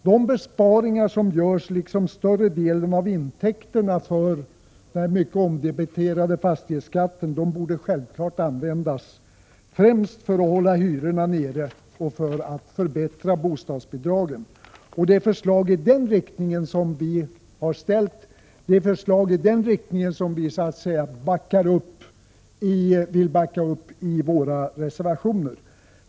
De besparingar som görs liksom större delen av intäkterna beträffande den mycket omdebatterade fastighetsskatten borde självfallet främst användas för att hålla hyrorna nere och för att förbättra bostadsbidragen. Det är förslag iden riktningen som vi har lagt fram och som vi så att säga backar upp i våra reservationer.